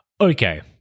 Okay